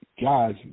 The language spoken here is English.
Guys